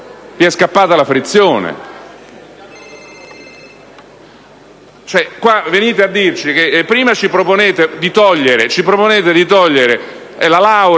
vi è scappata la frizione?